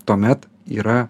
tuomet yra